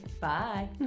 bye